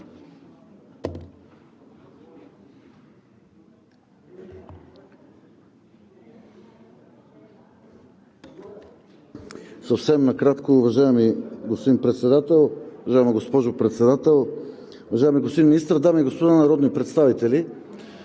България): Уважаеми господин Председател, уважаема госпожо Председател, уважаеми господин Министър, дами и господа народни представители!